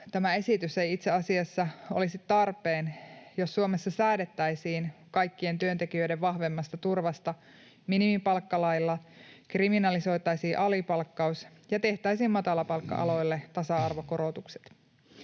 tämä esitys ei itse asiassa olisi tarpeen, jos Suomessa säädettäisiin kaikkien työntekijöiden vahvemmasta turvasta minimipalkkalailla, kriminalisoitaisiin alipalkkaus ja tehtäisiin matalapalkka-aloille tasa-arvokorotukset.